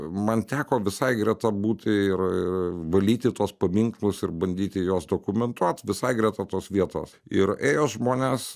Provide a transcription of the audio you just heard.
man teko visai greta būti ir valyti tuos paminklus ir bandyti juos dokumentuot visai greta tos vietos ir ėjo žmones